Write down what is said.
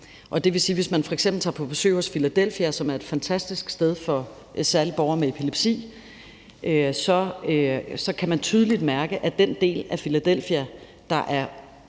det vil sige, at hvis man f.eks. tager på besøg hos Filadelfia, som er et fantastisk sted for særlig borgere med epilepsi, så kan man tydeligt mærke, at på den del af Filadelfia, der er